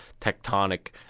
tectonic